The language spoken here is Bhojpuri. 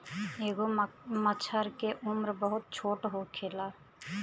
एगो मछर के उम्र बहुत छोट होखेला